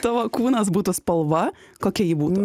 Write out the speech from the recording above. tavo kūnas būtų spalva kokia ji buvo